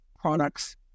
Products